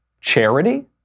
Charity